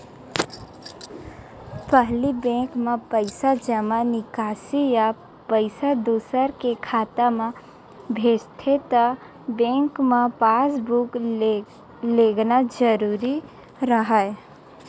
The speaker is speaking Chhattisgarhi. पहिली बेंक म पइसा जमा, निकासी या पइसा दूसर के खाता म भेजथे त बेंक म पासबूक लेगना जरूरी राहय